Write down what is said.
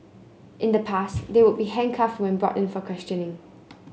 in the past they would be handcuffed when brought in for questioning